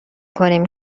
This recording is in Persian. کنیم